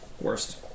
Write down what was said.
Worst